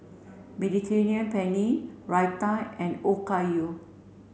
Mediterranean Penne Raita and Okayu